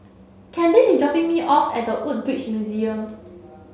Kandice is dropping me off at The Woodbridge Museum